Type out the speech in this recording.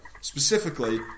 specifically